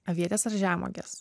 avietės ar žemuogės